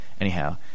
Anyhow